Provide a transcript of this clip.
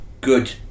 good